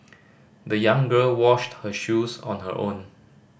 the young girl washed her shoes on her own